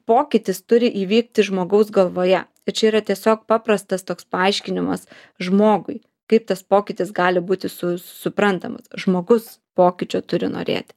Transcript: pokytis turi įvykti žmogaus galvoje tai čia yra tiesiog paprastas toks paaiškinimas žmogui kaip tas pokytis gali būti su suprantamas žmogus pokyčio turi norėti